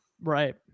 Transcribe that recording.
Right